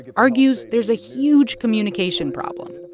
argues there's a huge communication problem.